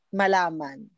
malaman